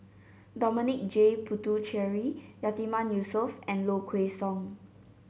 Dominic J Puthucheary Yatiman Yusof and Low Kway Song